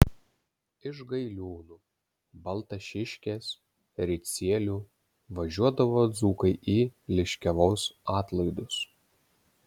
iš gailiūnų baltašiškės ricielių važiuodavo dzūkai į liškiavos atlaidus